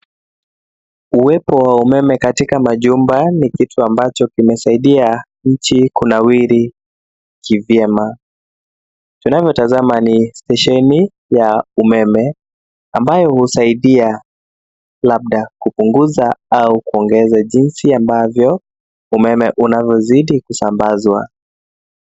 Uwepo wa umeme katika majumba ni kitu ambacho kimesaidia nchi kunawiri kivyema. Tunavyotazama ni stesheni ya umeme, ambayo husaidia, labda kupunguza au kuongeza jinsi ambavyo umeme unavyozidi kusambazwa.